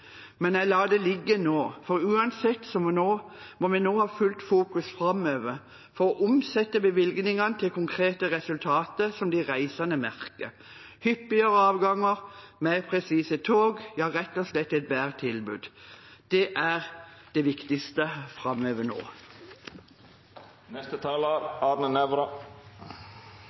Men jeg lar det ligge nå, for uansett må vi ha fullt fokus framover for å omsette bevilgningene til konkrete resultater som de reisende merker, hyppigere avganger, mer presise tog – ja, rett og slett et bedre tilbud. Det er det viktigste framover nå.